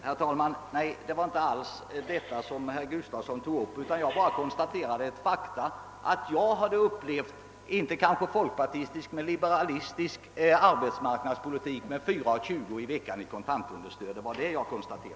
Herr talman! Jag syftade inte alls på vad herr Gustafsson i Skellefteå nu tog upp; jag konstaterade endast att jag hade upplevt kanske inte folkpartistisk men liberalistisk arbetsmarknadspolitik med 4:20 kr. i veckan i kontantunderstöd.